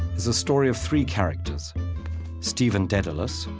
is a story of three characters stephen dedalus,